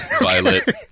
violet